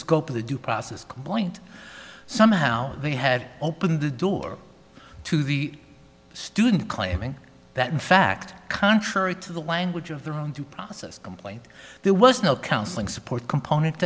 scope of the due process complaint somehow they had opened the door to the student claiming that in fact contrary to the language of their own due process complaint there was no counseling support component